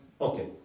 Okay